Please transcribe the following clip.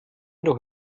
doch